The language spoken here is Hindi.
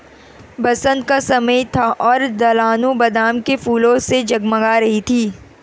बसंत का समय था और ढलानें बादाम के फूलों से जगमगा रही थीं